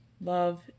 love